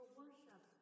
worship